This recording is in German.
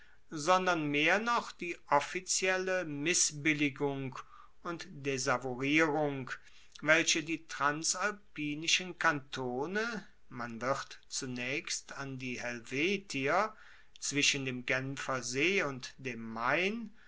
sondern mehr noch die offizielle missbilligung und desavouierung welche die transalpinischen kantone man wird zunaechst an die helvetier zwischen dem genfer see und dem main